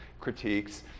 critiques